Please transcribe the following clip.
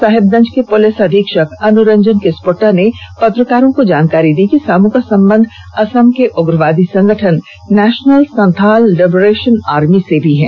साहिबगंज के पुलिस अधीक्षक अनुरंजन किस्पोष्टा ने पत्रकारों को जानकारी देते हुए बताया कि सामु का संबंध असम के उग्रवादी संगठन नेशनल संथाल लिबरेशन आर्मी से है